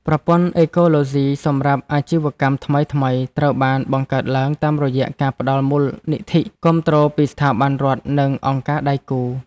ប្រព័ន្ធអេកូឡូស៊ីសម្រាប់អាជីវកម្មថ្មីៗត្រូវបានបង្កើតឡើងតាមរយៈការផ្តល់មូលនិធិគាំទ្រពីស្ថាប័នរដ្ឋ និងអង្គការដៃគូ។